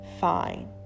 fine